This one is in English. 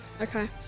Okay